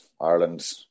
Ireland